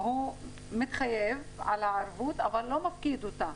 הוא מתחייב על הערבות אבל לא מפקיד אותה.